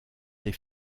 des